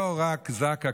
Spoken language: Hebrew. לא רק זק"א,